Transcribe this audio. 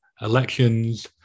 elections